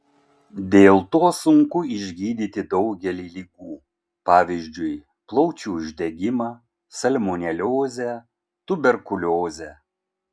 dėl to sunku išgydyti daugelį ligų pavyzdžiui plaučių uždegimą salmoneliozę tuberkuliozę